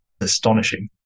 astonishing